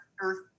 Earth